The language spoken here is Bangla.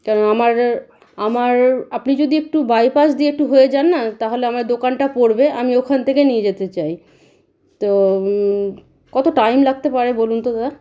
কেন আমার আমার আপনি যদি একটু বাইপাস দিয়ে একটু হয়ে যান না তাহলে আমার দোকানটা পড়বে আমি ওখান থেকে নিয়ে যেতে চাই তো কত টাইম লাগতে পারে বলুন তো দাদা